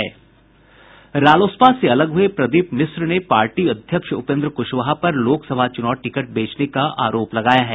रालोसपा से अलग हुए प्रदीप मिश्र ने पार्टी अध्यक्ष उपेन्द्र कुशवाहा पर लोकसभा चूनाव टिकट बेचने का आरोप लगाया है